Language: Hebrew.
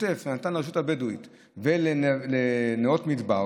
משתתף ונתן לרשות הבדואים ולנאות מדבר,